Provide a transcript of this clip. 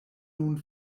nun